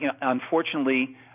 unfortunately